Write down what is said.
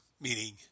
meaning